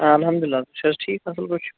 آ اَلحمدُاللہ تُہۍ چھِو حظ ٹھیٖک اَصٕل پٲٹھۍ چھِو